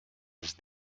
his